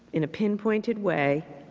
in a pinpointed way,